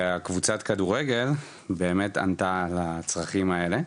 וקבוצת הכדורגל באמת ענתה על הצרכים האלה.